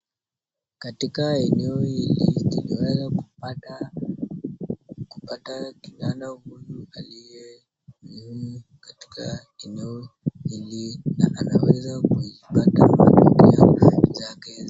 katika eneo hili, tuliweza kupata kijana huyu alieyedumu katika eneo hili na anaweza kupata familia zake.